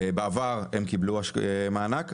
בעבר הם קיבלו מענק.